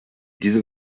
diese